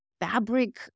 fabric